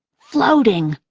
floating